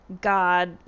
god